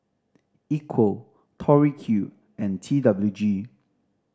Equal Tori Q and T W G